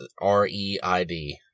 R-E-I-D